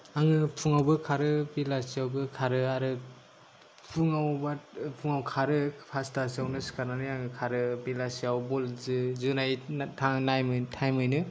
आङो फुङावबो खारो बेलासियावबो खारो आरो फुङाव फुङाव खारो पासतासोआवनो सिखारनानै आङो खारो बेलासियाव बल जोनाय थांनाय टाइम ऐनो